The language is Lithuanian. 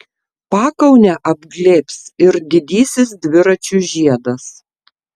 pakaunę apglėbs ir didysis dviračių žiedas